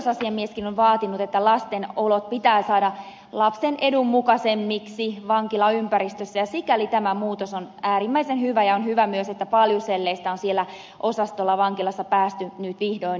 oikeusasiamieskin on vaatinut että lasten olot pitää saada lapsen edun mukaisemmiksi vankilaympäristössä ja sikäli tämä muutos on äärimmäisen hyvä ja on hyvä myös että paljuselleistä on siellä vankilaosastolla päästy nyt vihdoin eroon